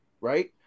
right